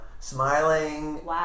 Smiling